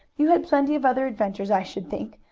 you had plenty of other adventures, i should think.